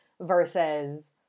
versus